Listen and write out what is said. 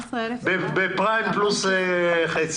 לוקח משכנתה על 14,400 שקל בפריים פלוס חצי.